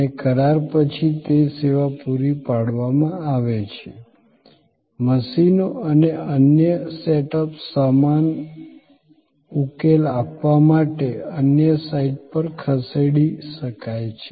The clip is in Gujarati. અને કરાર પછી તે સેવા પૂરી પાડવામાં આવે છે મશીનો અને અન્ય સેટઅપ્સ સમાન ઉકેલ આપવા માટે અન્ય સાઇટ પર ખસેડી શકાય છે